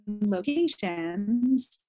locations